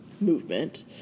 movement